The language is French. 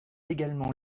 également